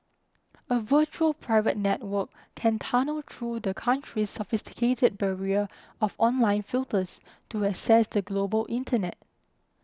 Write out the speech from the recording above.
a virtual private network can tunnel through the country's sophisticated barrier of online filters to access the global Internet